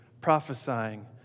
prophesying